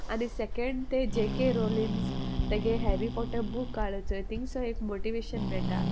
आनी सेकेंड ते J K Rowling तेगे हॅरी पोटर बूक काडला चोय थिंगसोन एक मोटिवेशन मेयटा